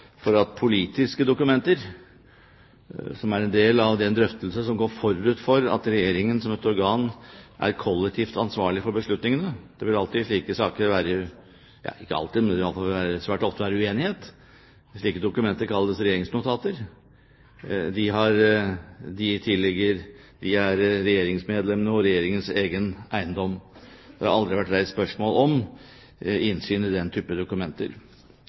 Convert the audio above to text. at politiske dokumenter som er en del av den drøftelse som går forut for at regjeringen som et organ er kollektivt ansvarlig for beslutningene, er regjeringsmedlemmenes og regjeringens egen eiendom. Det vil alltid i slike saker – i alle fall svært ofte – være uenighet. Slike dokumenter kalles regjeringsnotater. Det har aldri vært reist spørsmål om innsyn i den type dokumenter. Denne saken har